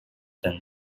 than